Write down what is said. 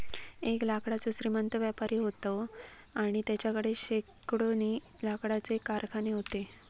एक लाकडाचो श्रीमंत व्यापारी व्हतो आणि तेच्याकडे शेकडोनी लाकडाचे कारखाने व्हते